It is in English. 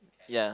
ya